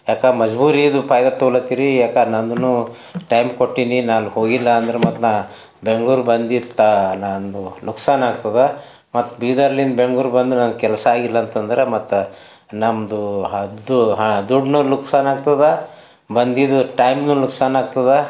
ಏಕೆಂದ್ರೆ ಮಜಬೂರಿ ಇದು ಫೈದಾ ತೊಗೊಳತ್ತೀರಿ ಏಕೆ ನಂದೂ ಟೈಮ್ ಕೊಟ್ಟೀನಿ ನಾನು ಹೋಗಿಲ್ಲ ಅಂದ್ರೆ ಮತ್ತು ನಾನು ಬೆಂಗ್ಳೂರಿಗೆ ಬಂದು ತಾ ನಂದು ನುಕ್ಸಾನ್ ಆಗ್ತಿದೆ ಮತ್ತು ಬೀದರ್ನಿಂದ ಬೆಂಗ್ಳೂರಿಗೆ ಬಂದರು ನಂದು ಕೆಲಸ ಆಗಿಲ್ಲ ಅಂತಂದ್ರೆ ಮತ್ತು ನಮ್ಮದು ಅದು ಹ ದುಡ್ಡುನೂ ನುಕ್ಸಾನ್ ಆಗ್ತದ ಬಂದಿದ್ದ ಟೈಮ್ಗೂ ನುಕ್ಸಾನ್ ಆಗ್ತದ